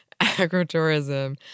Agro-tourism